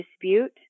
dispute